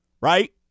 Right